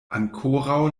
ankoraŭ